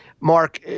Mark